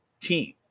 team